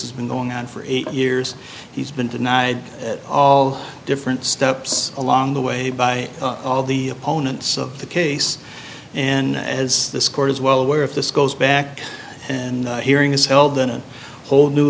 has been going on for eight years he's been denied all different steps along the way by all the opponents of the case and as this court is well aware if this goes back and hearing is held in a whole new